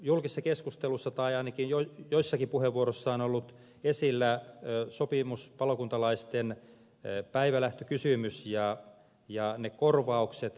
julkisessa keskustelussa tai ainakin joissakin puheenvuoroissa ovat olleet esillä sopimuspalokuntalaisten päivälähtökysymys ja korvaukset